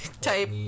type